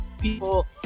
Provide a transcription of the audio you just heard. people